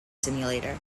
simulator